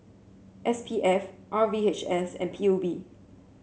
S P F R V H S and P U B